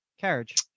carriage